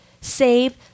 save